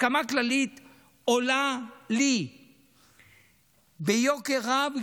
הסכמה כללית עולה לי ביוקר רב,